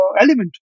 element